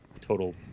total